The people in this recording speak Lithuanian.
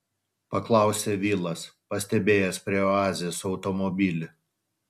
paklausė vilas pastebėjęs prie oazės automobilį